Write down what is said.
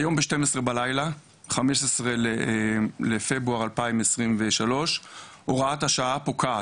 היום ב-12 בלילה 15 בפברואר 2023 הוראת השעה פוקעת.